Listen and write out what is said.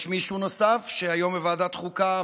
יש מישהו נוסף שאמר היום בוועדת החוקה,